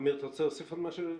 אמיר, אתה רוצה להוסיף עוד משהו?